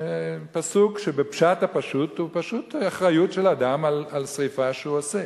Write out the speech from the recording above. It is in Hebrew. פסוק שבפשט הפשוט הוא פשוט אחריות של אדם לשרפה שהוא עושה.